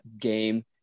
game